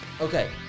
Okay